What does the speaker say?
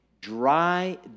dry